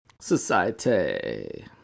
Society